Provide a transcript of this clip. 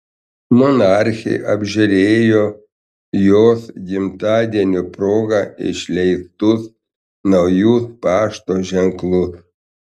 monarchė apžiūrėjo jos gimtadienio proga išleistus naujus pašto ženklus